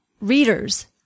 readers